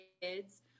kids